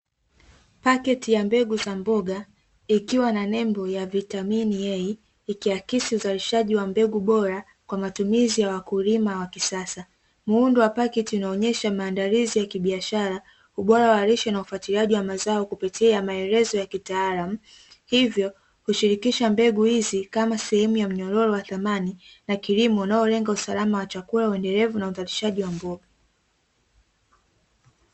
Paketi ya mbegu za mboga ikiwa na nembo ya "vitamini A", ikihakisi uzalishaji wa mbegu bora kwa matumizi ya wakulima wa kisasa, muundo wa paketi unaonyesha maandalizi ya kibiashara ubora wa resho ufuatiliaji wa mazao kupitia maelezo ya kitaalam hivyo kushirikisha mbegu hizi kama sehemu ya mnyororo wa thamani na kilimo unaolenga usalama wa chakula uendelevu na uzalishaji wa mboga.